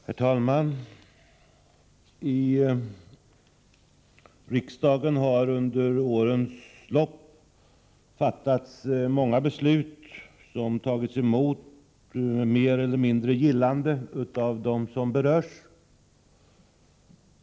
Herr talman! I riksdagen har under årens lopp fattats många beslut som tagits emot med mer eller mindre gillande av dem som berörs.